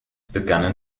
begannen